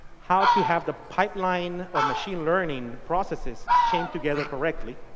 how to have the pipeline of machine learning processes chain together correctly.